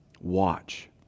watch